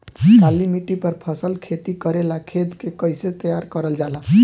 काली मिट्टी पर फसल खेती करेला खेत के कइसे तैयार करल जाला?